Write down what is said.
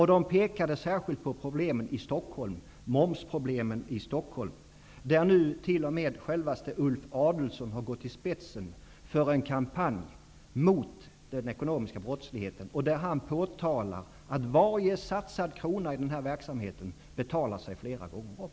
Man pekade särskilt på problemen i självaste Ulf Adelsohn har gått i spetsen för en kampanj mot den ekonomiska brottsligheten och sagt att varje satsad krona i denna verksamhet betalar sig flera gånger om.